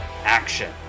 action